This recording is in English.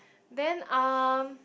then um